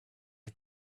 the